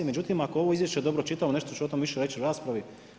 Međutim, ako ovo Izvješće dobro čitam, nešto ću o tome više reći u raspravi.